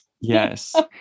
Yes